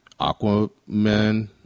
Aquaman